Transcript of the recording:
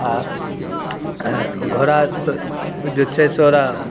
आओर घोड़ासे ओ जे छै तोरा